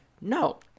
no